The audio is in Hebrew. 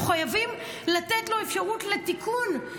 אנחנו חייבים לתת לו אפשרות לתיקון,